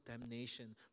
damnation